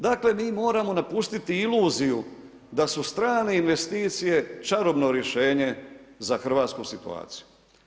Dakle, mi moramo napustit iluziju, da su strane investicije, čarobno rješenje za Hrvatsku situaciju.